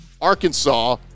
Arkansas